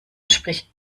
spricht